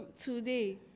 today